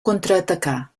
contraatacar